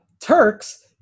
Turks